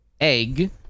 egg